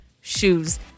shoes